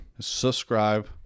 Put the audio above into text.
Subscribe